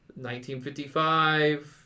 1955